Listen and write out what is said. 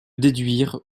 déduire